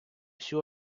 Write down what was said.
всю